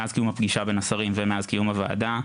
מאז קיום הפגישה בין השרים ומאז קיום הוועדה,